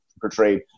portrayed